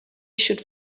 should